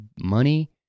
Money